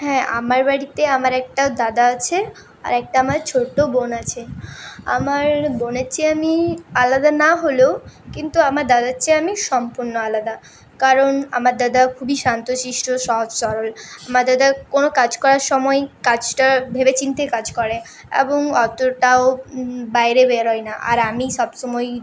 হ্যাঁ আমার বাড়িতে আমার একটা দাদা আছে আর একটা আমার ছোটো বোন আছে আমার বোনের চেয়ে আমি আলাদা না হলেও কিন্তু আমার দাদার চেয়ে আমি সম্পূর্ণ আলাদা কারণ আমার দাদা খুবই শান্ত শিষ্ট সহজ সরল আমার দাদা কোনো কাজ করার সময় কাজটা ভেবেচিন্তে কাজ করে এবং অতটাও বাইরে বেরোয় না আর আমি সবসময়ই